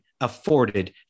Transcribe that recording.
afforded